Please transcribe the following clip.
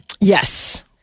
Yes